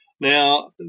Now